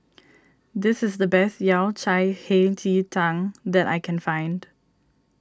this is the best Yao Cai Hei Ji Tang that I can find